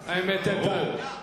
בסדר,